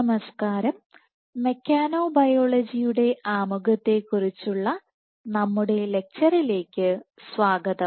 നമസ്കാരം മെക്കാനൊബയോളജിയുടെ ആമുഖത്തെക്കുറിച്ചുള്ള നമ്മുടെ ലെക്ച്ചറിലേക്ക് സ്വാഗതം